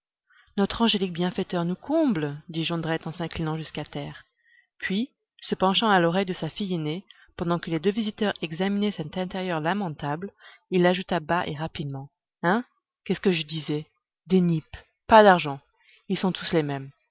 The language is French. notre angélique bienfaiteur nous comble dit jondrette en s'inclinant jusqu'à terre puis se penchant à l'oreille de sa fille aînée pendant que les deux visiteurs examinaient cet intérieur lamentable il ajouta bas et rapidement hein qu'est-ce que je disais des nippes pas d'argent ils sont tous les mêmes